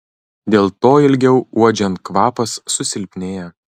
dėl to ilgiau uodžiant kvapas susilpnėja